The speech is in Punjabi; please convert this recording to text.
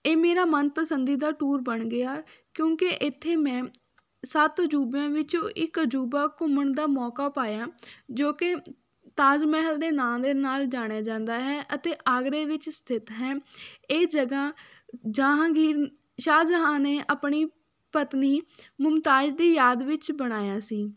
ਇਹ ਮੇਰਾ ਮਨ ਪਸੰਦੀਦਾ ਟੂਰ ਬਣ ਗਿਆ ਕਿਉਂਕਿ ਇੱਥੇ ਮੈਂ ਸੱਤ ਅਜੂਬਿਆਂ ਵਿੱਚੋਂ ਇੱਕ ਅਜੂਬਾ ਘੁੰਮਣ ਦਾ ਮੌਕਾ ਪਾਇਆ ਜੋ ਕਿ ਤਾਜ ਮਹਿਲ ਦੇ ਨਾਂ ਦੇ ਨਾਲ ਜਾਣਿਆ ਜਾਂਦਾ ਹੈ ਅਤੇ ਆਗਰੇ ਵਿੱਚ ਸਥਿਤ ਹੈ ਇਹ ਜਗ੍ਹਾ ਜਹਾਂਗੀਰ ਸ਼ਾਹ ਜਹਾਨ ਨੇ ਆਪਣੀ ਪਤਨੀ ਮੁਮਤਾਜ਼ ਦੀ ਯਾਦ ਵਿੱਚ ਬਣਾਇਆ ਸੀ